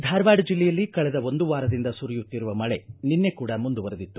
ಧಾರವಾಡ ಜಿಲ್ಲೆಯಲ್ಲಿ ಕಳೆದ ಒಂದು ವಾರದಿಂದ ಸುರಿಯುತ್ತಿರುವ ಮಳೆ ನಿನ್ನೆ ಕೂಡಾ ಮುಂದುವರೆದಿತ್ತು